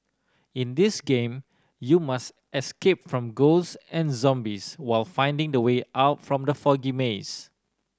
in this game you must escape from ghost and zombies while finding the way out from the foggy maze